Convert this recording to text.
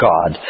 God